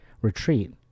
retreat